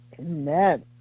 Amen